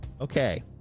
okay